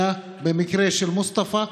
במקרה של מוסטפא,